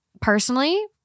personally